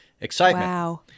excitement